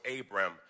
Abram